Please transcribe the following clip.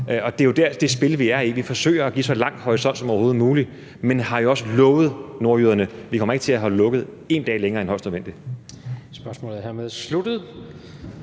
det er jo det spil, som vi er i. Vi forsøger at give så lang en horisont som overhovedet muligt, men vi har jo også lovet nordjyderne, at vi ikke kommer til at holde lukket én dag længere end højst nødvendigt.